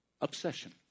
Obsession